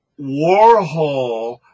Warhol